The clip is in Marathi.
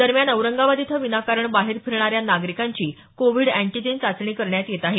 दरम्यान औरंगाबाद इथं विनाकारण बाहेर फिरणाऱ्या नागरिकांची कोविड अँटीजन चाचणी करण्यात येत आहे